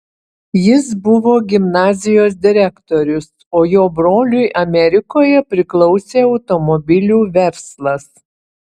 jis buvo gimnazijos direktorius o jo broliui amerikoje priklausė automobilių verslas